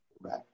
Right